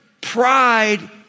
Pride